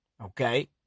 Okay